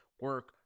Work